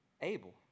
able